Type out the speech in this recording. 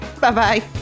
bye-bye